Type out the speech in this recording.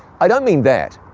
i don't mean that.